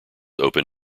open